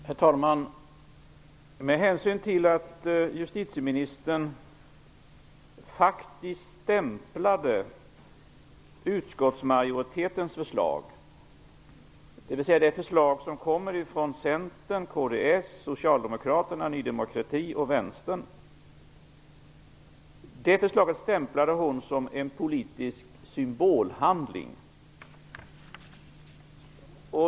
Herr talman! Justitieministern stämplade faktiskt utskottsmajoritetens förslag -- det förslag som kommer från Centern, kds, Socialdemokraterna, Ny demokrati och Vänstern -- som en politisk symbolhandling.